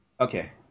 okay